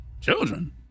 Children